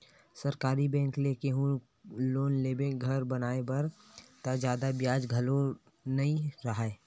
सरकारी बेंक ले कहूँ लोन लेबे घर बनाए बर त जादा बियाज घलो नइ राहय